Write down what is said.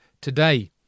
today